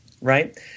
right